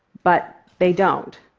but they don't.